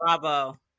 Bravo